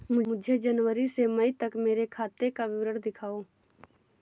मुझे जनवरी से मई तक मेरे खाते का विवरण दिखाओ?